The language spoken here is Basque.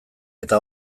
eta